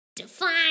Define